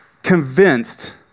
convinced